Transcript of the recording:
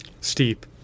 steep